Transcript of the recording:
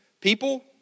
people